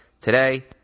today